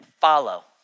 follow